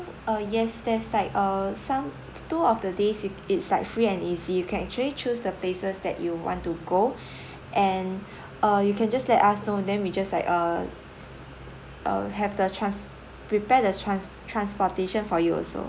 uh yes there's like uh some two of the days it it's like free and easy you can actually choose the places that you want to go and uh you can just let us know then we just like uh uh have the trans~ prepare the trans~ transportation for you also